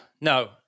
No